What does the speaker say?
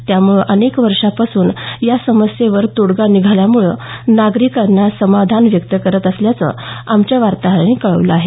यामुळे अनेक वर्षांपासूनच्या समस्येवर तोडगा निघाल्यामुळे नागरिक समाधान व्यक्त करत असल्याचं आमच्या वार्ताहरानं कळवलं आहे